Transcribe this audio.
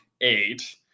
eight